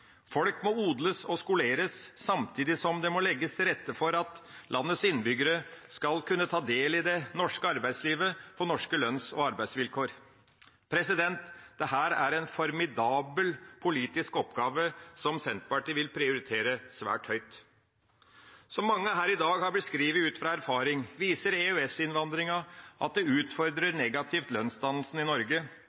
Folk må odles og skoleres, samtidig som det må legges til rette for at landets innbyggere skal kunne ta del i det norske arbeidslivet på norske lønns- og arbeidsvilkår. Dette er en formidabel politisk oppgave, som Senterpartiet vil prioritere svært høyt. Som mange her i dag har beskrevet ut fra erfaring, utfordrer EØS-innvandringa lønnsdannelsen i Norge